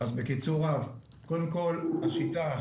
בקיצור רב: קודם כל השיטה,